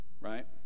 right